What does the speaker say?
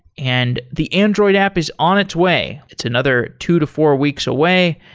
and the android app is on its way. it's another two to four weeks away,